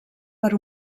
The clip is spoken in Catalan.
per